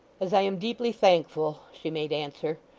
as i am deeply thankful she made answer,